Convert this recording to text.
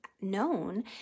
known